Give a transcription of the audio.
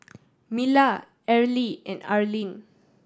Mila Areli and Arleen